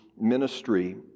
ministry